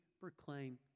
proclaim